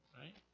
Right